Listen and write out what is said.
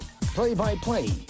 play-by-play